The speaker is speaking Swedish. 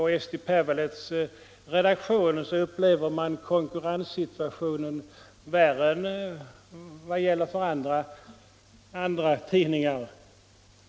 På Eesti Päevalehts redaktion upplever man konkurrenssituationen värre än för många andra tidningar.